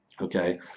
okay